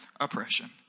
Oppression